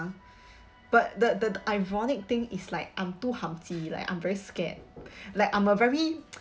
ya but the the ironic thing is like I'm too humji like I'm very scared like I'm a very